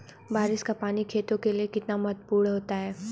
बारिश का पानी खेतों के लिये कितना महत्वपूर्ण होता है?